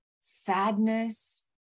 sadness